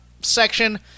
section